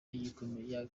yakomeje